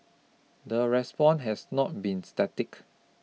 the response has not be static